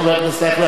חבר הכנסת אייכלר,